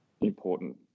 important